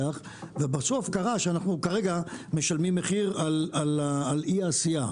ובסוף קרה שאנחנו כרגע אנחנו משלמים מחיר על אי העשייה,